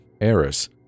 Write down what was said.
Eris